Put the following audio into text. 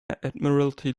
admiralty